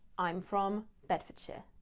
i'm from bedfordshire.